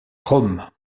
rome